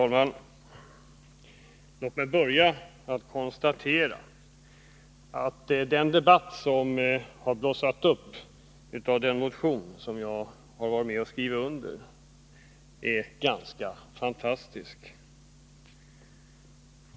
Herr talman! Låt mig börja med att konstatera att den debatt som har blossat upp med anledning av den motion som jag har varit med om att skriva under är ganska fantastisk.